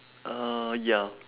uh ya